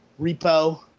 repo